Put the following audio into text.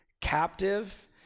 captive